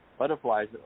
butterflies